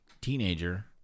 teenager